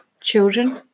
children